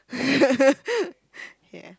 yeah